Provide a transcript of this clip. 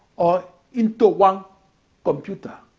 or into one computer.